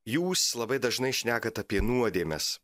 jūs labai dažnai šnekat apie nuodėmes